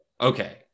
okay